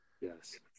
Yes